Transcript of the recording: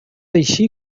així